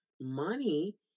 money